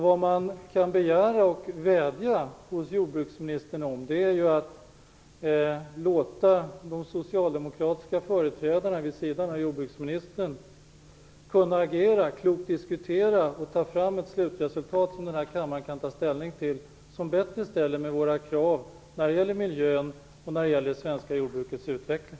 Vad vi kan begära och vädja om är att man låter de socialdemokratiska företrädarna vid sidan av jordbruksministern agera, klokt diskutera och ta fram ett slutresultat som kammaren kan ta ställning till och som bättre stämmer med våra krav när det gäller miljön och när det gäller det svenska jordbrukets utveckling.